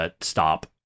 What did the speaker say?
stop